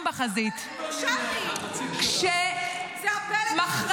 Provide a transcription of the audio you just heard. בחזית ------ זה הפלג הירושלמי.